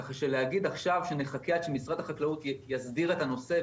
ככה שלהגיד עכשיו שנחכה עד שמשרד החקלאות יסדיר את הנושא,